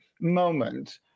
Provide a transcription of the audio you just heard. moment